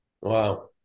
Wow